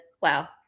Wow